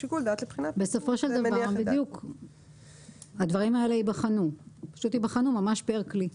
בסופו של דבר הדברים האלה ייבחנו ממש פר כלי.